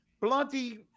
bloody